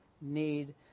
need